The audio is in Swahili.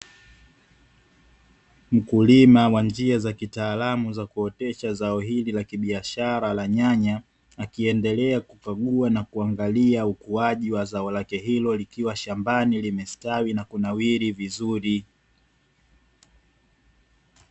Mkulima wa njia za kitaalamu za kuotesha zao hili la kibiashara la nyanya, akiendelea kuvuna na kuangalia ukuaji wa zao lake hilo likiwa shambani, limestawi na kunawiri vizuri.